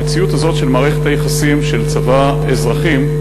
המציאות הזאת של מערכת היחסים של צבא אזרחים,